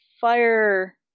fire